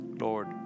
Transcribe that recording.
Lord